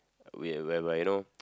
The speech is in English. will whereby you know